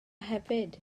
hefyd